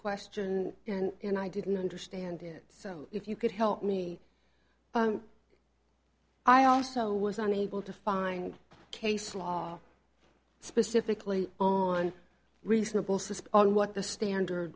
question and i didn't understand it so if you could help me i also was unable to find case law specifically on reasonable suspicion what the standard